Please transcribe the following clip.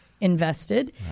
invested